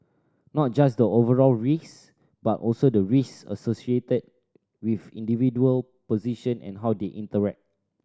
not just the overall risk but also the risk associated with individual position and how they interact